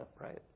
right